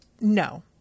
no